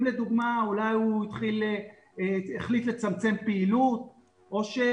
אם לדוגמה אולי הוא החליט לצמצם פעילות או שהוא